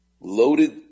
loaded